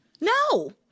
no